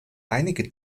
einige